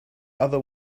other